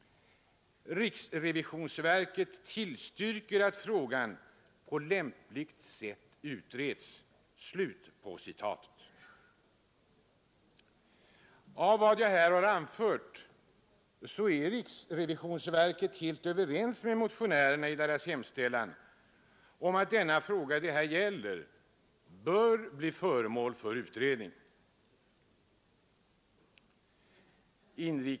Man tillstyrker också att frågan på lämpligt sätt utreds. Riksrevisionsverket är alltså helt överens med motionärerna i deras hemställan om att den fråga det här gäller bör bli föremål för utredning.